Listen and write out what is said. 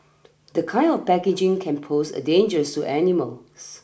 the kind of packaging can pose a dangers to animals